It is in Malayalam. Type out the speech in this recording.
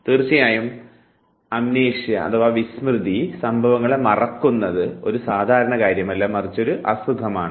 തീർച്ചയായും വിസ്മൃതി സംഭവങ്ങളെ മറക്കുന്നത് ഒരു സാധാരണ കാര്യമല്ല മറിച്ചതൊരു അസുഖമാണ്